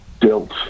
dealt